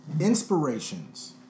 Inspirations